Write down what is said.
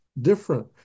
different